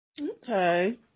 Okay